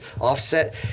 offset